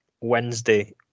wednesday